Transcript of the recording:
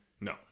no